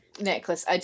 necklace